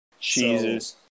Jesus